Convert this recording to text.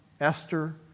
Esther